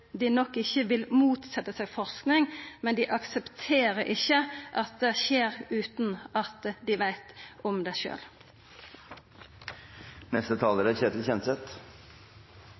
dei nok ikkje vil motsetja seg forsking, men dei aksepterer ikkje at det skjer utan at dei veit om det